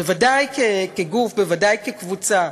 בוודאי כגוף, בוודאי כקבוצה,